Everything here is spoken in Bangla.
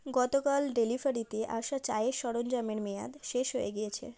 গতকাল ডেলিভারিতে আসা চায়ের সরঞ্জামের মেয়াদ শেষ হয়ে গিয়েছে